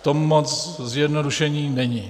V tom moc zjednodušení není.